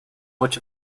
much